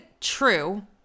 true